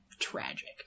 Tragic